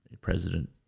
president